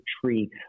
tree